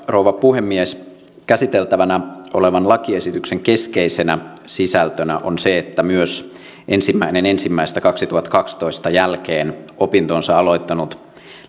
rouva puhemies käsiteltävänä olevan lakiesityksen keskeisenä sisältönä on se että myös ensimmäinen ensimmäistä kaksituhattakaksitoista jälkeen opintonsa aloittanut